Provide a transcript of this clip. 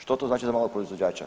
Što to znači za malog proizvođača?